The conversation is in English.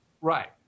Right